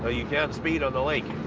ah you can't speed on the lake.